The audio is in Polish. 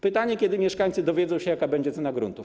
Pytanie, kiedy mieszkańcy dowiedzą się, jaka będzie cena gruntów.